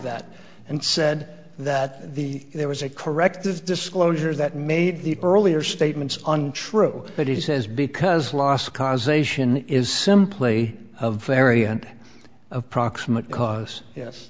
that and said that the there was a corrective disclosure that made the earlier statements untrue but he says because last causation is simply a variant of proximate cause yes